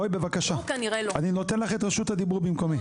בואי בבקשה, אני נותן לך את רשות הדיבור במקומי.